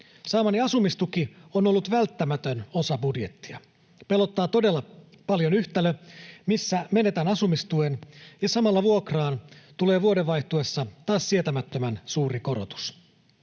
Saamani asumistuki on ollut välttämätön osa budjettia. Pelottaa todella paljon yhtälö, missä menetän asumistuen ja samalla vuokraan tulee vuoden vaihtuessa taas sietämättömän suuri korotus.